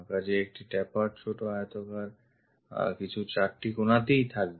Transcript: কাজেই একটি tapered ছোট আয়তাকার কিছু চারটি কোণাতেই থাকবে